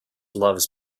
loves